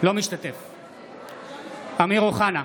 אינו משתתף בהצבעה אמיר אוחנה,